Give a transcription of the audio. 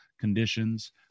conditions